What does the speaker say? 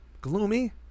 gloomy